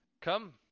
Come